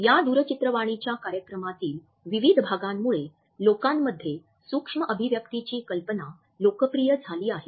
या दूरचित्रवाणीच्या कार्यक्रमातील विविध भागांमुळे लोकांमध्ये सूक्ष्म अभिव्यक्तीची कल्पना लोकप्रिय झाली आहे